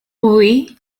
oui